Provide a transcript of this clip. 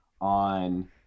on